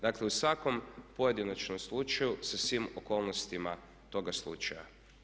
Dakle, u svakom pojedinačnom slučaju sa svim okolnostima toga slučaja.